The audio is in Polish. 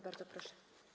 Bardzo proszę.